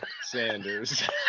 sanders